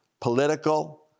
political